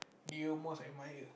do you most admire